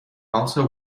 also